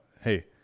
hey